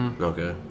Okay